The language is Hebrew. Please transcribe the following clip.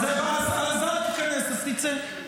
אז אל תיכנס, אז תצא.